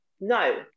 No